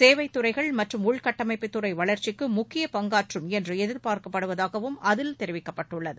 சேவைத் துறைகள் மற்றும் உள்கட்டமைப்புத்துறை வளர்ச்சிக்கு முக்கிய பங்காற்றம் என்று எதிர்பார்க்கப்படுவதாகவும் அதில் தெரிவிக்கப்பட்டுள்ளது